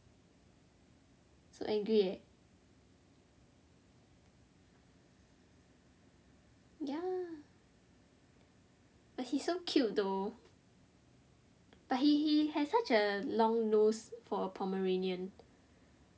so angry eh ya but he's so cute though but he he has such a long nose for a pomeranian